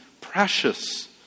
precious